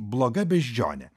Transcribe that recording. bloga beždžionė